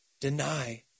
Deny